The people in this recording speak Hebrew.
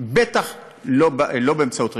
בטח לא באמצעות רגולציה.